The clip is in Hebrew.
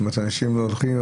זאת אומרת אנשים הולכים,